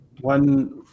One